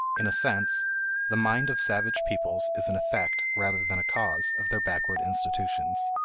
in a sense the mind of savage peoples is an effect, rather than a cause, of their backward institutions.